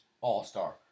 all-star